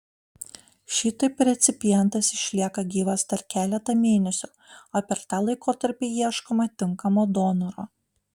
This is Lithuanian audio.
šitaip recipientas išlieka gyvas dar keletą mėnesių o per tą laikotarpį ieškoma tinkamo donoro